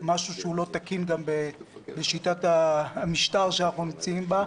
משהו לא תקין גם בשיטת המשטר שאנחנו מצויים בה.